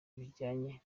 bijyanye